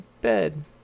bed